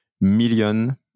million